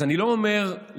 אז אני לא אומר לך,